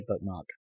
bookmark